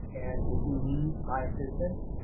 and if you need my assistance,